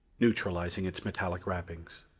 neutralizing its metallic wrappings.